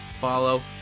follow